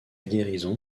guérison